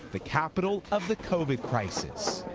the capital of the covid crisis.